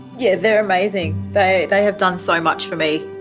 yeah, they're amazing. they they have done so much for me.